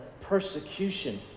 persecution